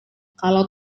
kalau